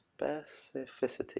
specificity